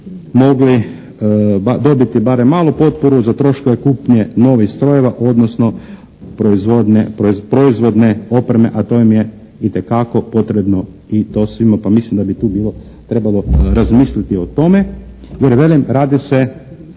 mogli dobiti barem malu potporu za troškove kupnje novih strojeva odnosno proizvodne opreme, a to im je itekako potrebno i to svima, pa mislim da bi tu bilo trebalo razmisliti o tome.